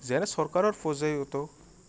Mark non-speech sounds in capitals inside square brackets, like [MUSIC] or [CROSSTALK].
যেনে চৰকাৰৰ [UNINTELLIGIBLE]